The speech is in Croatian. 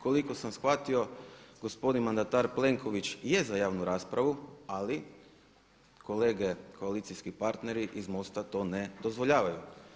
Koliko sam shvatio, gospodin mandatar Plenković je za javnu raspravu ali kolege koalicijski partneri iz MOST-a to ne dozvoljavaju.